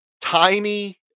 tiny